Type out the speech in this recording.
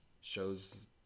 shows